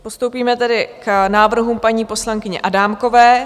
Postoupíme tedy k návrhům paní poslankyně Adámkové.